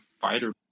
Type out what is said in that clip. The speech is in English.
fighter